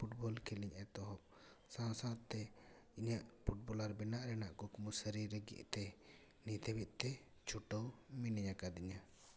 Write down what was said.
football ᱠᱷᱮᱞᱤᱧ ᱮᱛᱚᱦᱚᱵ ᱥᱟᱶ ᱥᱟᱶᱛᱮ ᱤᱧᱟᱹᱜ ᱯᱷᱩᱴᱵᱚᱞᱟᱨ ᱵᱮᱱᱟᱜ ᱨᱮᱱᱟᱜ ᱠᱩᱠᱢᱩ ᱥᱟᱹᱨᱤ ᱞᱟᱹᱜᱤᱫ ᱛᱮ ᱱᱤᱛ ᱦᱟᱹᱵᱤᱡ ᱛᱮ ᱪᱷᱩᱴᱟᱹᱣ ᱢᱤᱱᱟᱹᱧ ᱟᱠᱟᱫᱤᱧᱟ